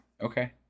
Okay